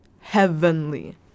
heavenly